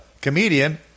comedian